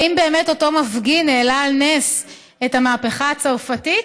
האם באמת אותו מפגין העלה על נס את המהפכה הצרפתית?